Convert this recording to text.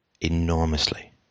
Enormously